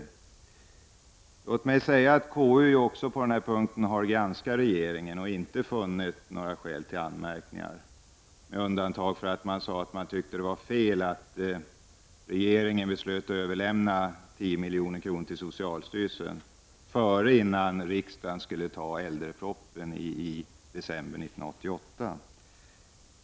Konstitutionsutskottet har granskat regeringens handläggning och bara funnit skäl till en enda anmärkning. Man ansåg att det var fel att regeringen beslöt överlämna 10 milj.kr. till socialstyrelsen innan riksdagen antog äldrepropositionen i december 1988.